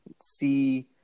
see